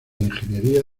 ingeniería